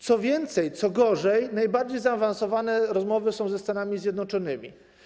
Co więcej, co gorzej, najbardziej zaawansowane rozmowy są ze Stanami Zjednoczonymi.